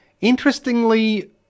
Interestingly